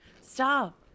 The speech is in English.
Stop